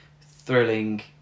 thrilling